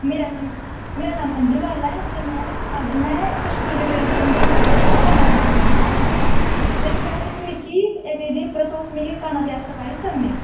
मेरा नाम मेरा नाम अंजू बाला ऐ ते अज्ज में कशमीर रेडियो स्टेशन उप्पर में इक्क गाना त्यार करना ऐ ते क्या तुस मिगी एह्दे उप्पर इक्क गाना त्यार कराई सकने